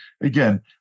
again